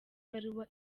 ibaruwa